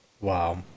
Wow